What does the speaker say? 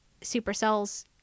Supercell's